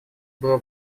было